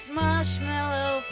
marshmallow